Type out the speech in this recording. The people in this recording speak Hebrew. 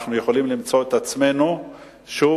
אנחנו יכולים למצוא את עצמנו שוב